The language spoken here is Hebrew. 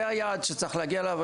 זה היעד שצריך להגיע אליו,